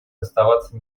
оставаться